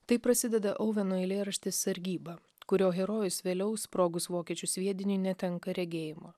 taip prasideda auveno eilėraštis sargyba kurio herojus vėliau sprogus vokiečių sviediniui netenka regėjimo